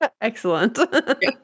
excellent